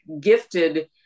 gifted